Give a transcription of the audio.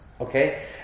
Okay